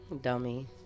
Dummy